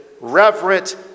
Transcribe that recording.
reverent